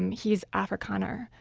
and he's afrikaner,